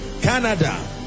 Canada